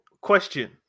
question